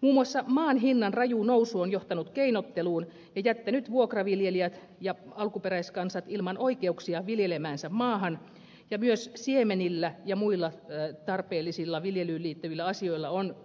muun muassa maan hinnan raju nousu on johtanut keinotteluun ja jättänyt vuokraviljelijät ja alkuperäiskansat ilman oikeuksia viljelemäänsä maahan ja myös siemenillä ja muilla tarpeellisilla viljelyyn liittyvillä asioilla on